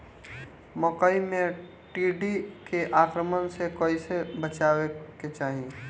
मकई मे टिड्डी के आक्रमण से कइसे बचावे के चाही?